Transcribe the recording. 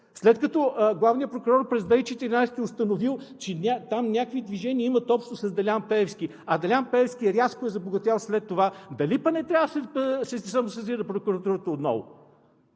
след като главният прокурор през 2014 г. е установил, че там някакви движения имат общо с Делян Пеевски, а Делян Пеевски рязко е забогатял след това, дали пък не трябва да се самосезира прокуратурата отново?